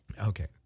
Okay